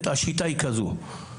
השיטה היא כזו.